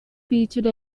featured